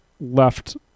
left